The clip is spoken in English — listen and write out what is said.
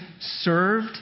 served